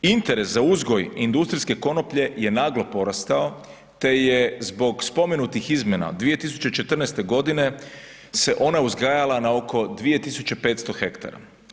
Interes za uzgoj industrijske konoplje je naglo porastao te je zbog spomenutih izmjena 2014. g. se ona uzgajala na oko 2500 hektara.